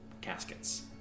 caskets